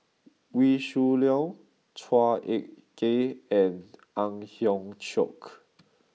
Wee Shoo Leong Chua Ek Kay and Ang Hiong Chiok